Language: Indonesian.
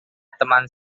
teman